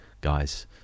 guys